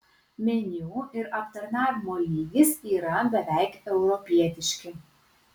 meniu ir aptarnavimo lygis yra beveik europietiški